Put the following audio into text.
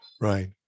Right